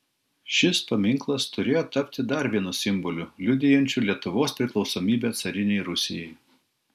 šis paminklas turėjo tapti dar vienu simboliu liudijančiu lietuvos priklausomybę carinei rusijai